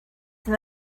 them